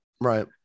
right